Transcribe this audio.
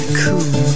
cool